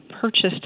purchased